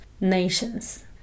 nations